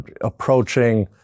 approaching